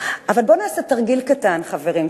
בואו נעשה תרגיל קטן, חברים.